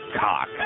cock